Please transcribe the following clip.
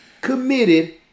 committed